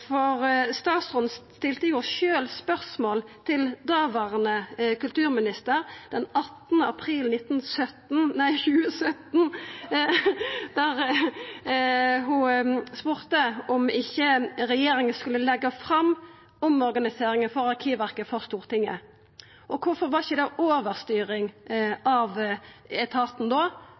tenestene. Statsråden stilte sjølv spørsmål til daverande kulturminister den 18. april 2017, om ikkje regjeringa skulle leggja fram omorganiseringa av Arkivverket for Stortinget. Kvifor var det ikkje overstyring av etaten